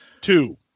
Two